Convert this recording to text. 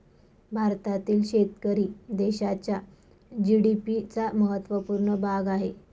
भारतातील शेतकरी देशाच्या जी.डी.पी चा महत्वपूर्ण भाग आहे